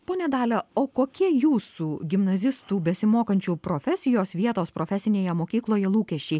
ponia dalia o kokie jūsų gimnazistų besimokančių profesijos vietos profesinėje mokykloje lūkesčiai